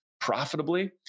profitably